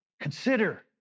Consider